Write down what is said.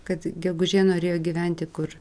kad gegužė norėjo gyventi kur